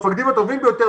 המפקדים הטובים ביותר,